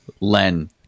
Len